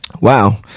Wow